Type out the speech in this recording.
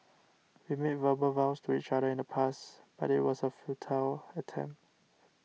we made verbal vows to each other in the past but it was a futile attempt